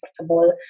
comfortable